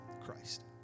Christ